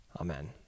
Amen